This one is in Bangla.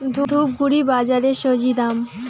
ধূপগুড়ি বাজারের স্বজি দাম?